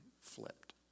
flipped